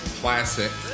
classic